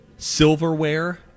silverware